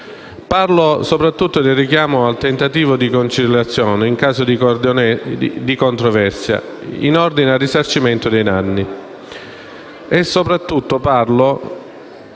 soprattutto al richiamo al tentativo di conciliazione in caso di controversia in ordine al risarcimento dei danni,